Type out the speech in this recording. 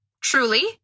truly